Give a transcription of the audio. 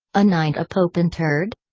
a knight a pope interred?